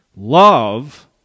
Love